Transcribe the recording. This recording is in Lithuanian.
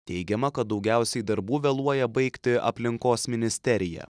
teigiama kad daugiausiai darbų vėluoja baigti aplinkos ministerija